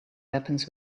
weapons